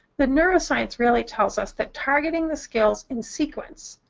the neuroscience really tells us that targeting the skills in sequence,